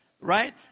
Right